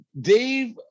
Dave